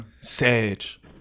Sage